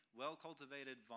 well-cultivated